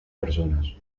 personas